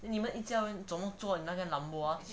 then 你们一家人怎么坐那个 lambo ah